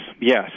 yes